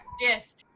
Yes